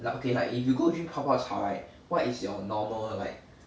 like okay like if you go drink 泡泡茶 right what is your normal like